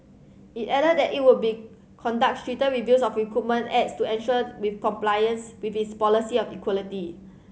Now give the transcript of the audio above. it added that it would be conduct stricter reviews of recruitment ads to ensure with compliance with its policy of equality